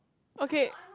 okay